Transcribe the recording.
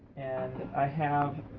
and i have,